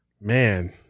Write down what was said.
man